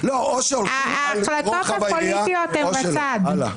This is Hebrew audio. ההחלטות הפוליטיות הן בצד.